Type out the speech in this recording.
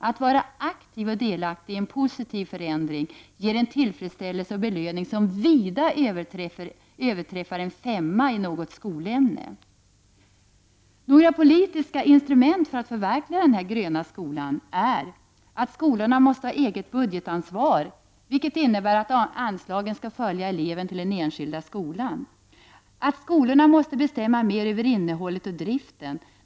Att vara aktiv och delaktig i en positiv förändring ger en tillfredsställelse och belöning som vida överträffar en femma i något skolämne. Några politiska instrument för att förverkliga denna gröna skola är: Skolorna måste ha eget budgetansvar, vilket innebär att anslagen skall följa eleven till den enskilda skolan. Skolorna måste bestämma mer över innehållet och driften.